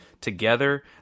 together